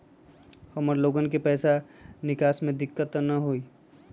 हमार लोगन के पैसा निकास में दिक्कत त न होई?